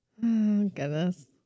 goodness